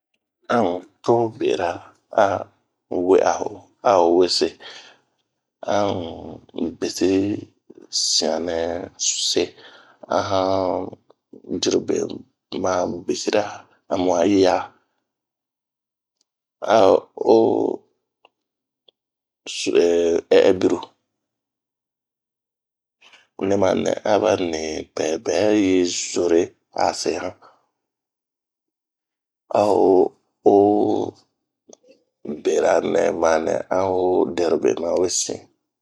a n'to bera ,a we'a ho awesse,a n'besi sian nɛ see a han dirobe ma bessira a han ɛya ,a o 'oo ɛh ɛh biru. nɛ ma nɛ a ni pɛ bɛ yi zore. a sehan a o oobera nɛma nɛ dɛnu ma we se.